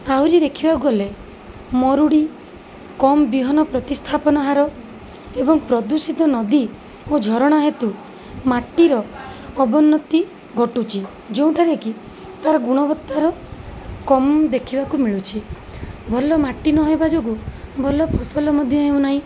ଆହୁରି ଦେଖିବାକୁ ଗଲେ ମରୁଡ଼ି କମ୍ ବିହନ ପ୍ରତିସ୍ଥାପନ ହାର ଏବଂ ପ୍ରଦୂଷିତ ନଦୀ ଓ ଝରଣା ହେତୁ ମାଟିର ଅବନ୍ନତି ଘଟୁଛି ଯେଉଁଟାରେକି ତାର ଗୁଣବତ୍ତାର କମ୍ ଦେଖିବାକୁ ମିଳୁଛି ଭଲମାଟି ନହେବା ଯୋଗୁଁ ଭଲ ଫସଲ ମଧ୍ୟ ହେଉନାହିଁ